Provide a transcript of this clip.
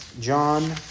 John